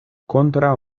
kontraŭ